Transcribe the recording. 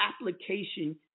application